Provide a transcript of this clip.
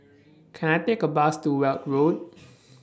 Can I Take A Bus to Weld Road